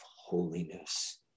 holiness